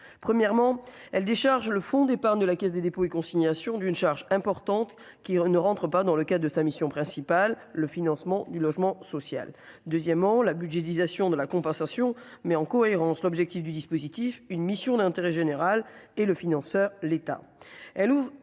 premièrement. Elle décharge le fonds d'épargne de la Caisse des dépôts et consignations, d'une charge importante qui ne rentre pas dans le cas de sa mission principale, le financement du logement social, deuxièmement la budgétisation de la compensation, mais en cohérence l'objectif du dispositif, une mission d'intérêt général. Et le financeur, l'État